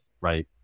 Right